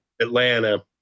Atlanta